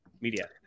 media